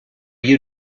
you